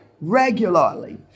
regularly